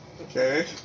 Okay